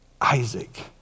Isaac